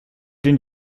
den